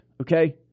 okay